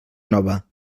nova